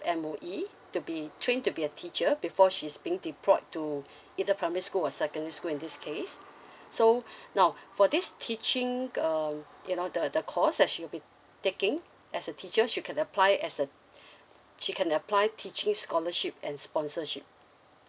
M_O_E to be trained to be a teacher before she's being deployed to either primary school or secondary school in this case so now for this teaching uh you know the the course that she will be taking as a teacher she can apply as a she can apply teaching scholarship and sponsorship